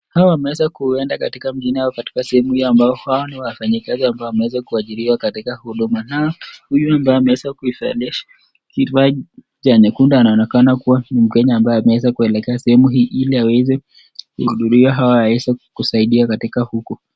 Hawa wameweza kuenda katika mijini au katika sehemu hii ambayo hawa ni i wafanyikazi ambao wameweza kuajiriwa katika huduma. Nao huyo ambaye ameweza kuivalia kifaa cha nyekundu anaonekana kuwa mkenya ambaye ameweza kuelekea sehemu hii, ili aweze kuhudhuria hawa aweze kusaidia katika huku.